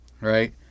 right